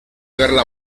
verla